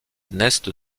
neste